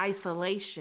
isolation